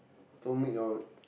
don't make you all